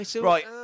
right